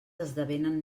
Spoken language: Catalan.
esdevenen